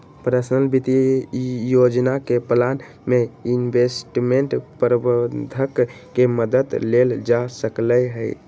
personal वित्तीय योजना के प्लान में इंवेस्टमेंट परबंधक के मदद लेल जा सकलई ह